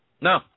No